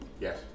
Yes